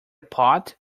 pot